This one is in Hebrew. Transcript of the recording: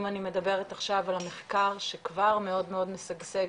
אם אני מדברת עכשיו על המחקר שכבר מאוד מאוד משגשג,